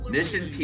Mission